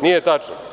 nije tačno.